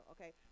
Okay